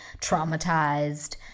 traumatized